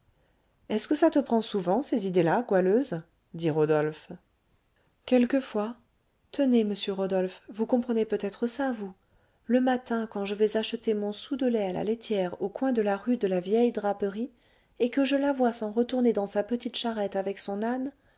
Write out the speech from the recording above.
est-ce que ça te prend souvent ces idées-là goualeuse dit rodolphe quelquefois tenez monsieur rodolphe vous comprenez peut-être ça vous le matin quand je vais acheter mon sou de lait à la laitière au coin de la rue de la vieille draperie et que je la vois s'en retourner dans sa petite charrette avec son âne